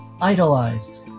Idolized